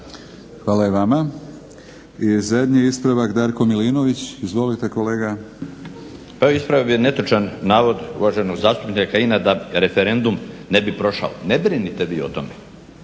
Hvala i vama. I zadnji ispravak, Darko Milinović. Izvolite kolega. **Milinović, Darko (HDZ)** Pa evo ispravio bih netočan navod uvaženog zastupnika Kajina da referendum ne bi prošao. Ne brinite vi o tome,